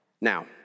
Now